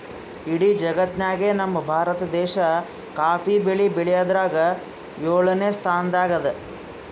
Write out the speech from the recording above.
ಇಡೀ ಜಗತ್ತ್ನಾಗೆ ನಮ್ ಭಾರತ ದೇಶ್ ಕಾಫಿ ಬೆಳಿ ಬೆಳ್ಯಾದ್ರಾಗ್ ಯೋಳನೆ ಸ್ತಾನದಾಗ್ ಅದಾ